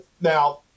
now